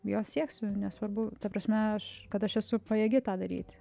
jo sieksių nesvarbu ta prasme aš kad aš esu pajėgi tą daryt